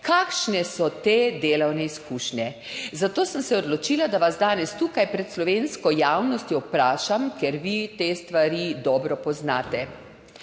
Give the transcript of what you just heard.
kakšne so te delovne izkušnje. Zato sem se odločila, da vas danes tukaj pred slovensko javnostjo vprašam, ker vi te stvari dobro poznate: